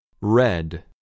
Red